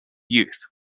youth